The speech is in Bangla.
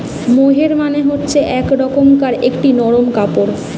মোহের মানে হচ্ছে এক রকমকার একটি নরম কাপড়